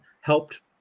helped